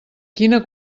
quina